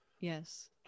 yes